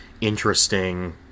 interesting